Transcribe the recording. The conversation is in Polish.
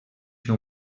się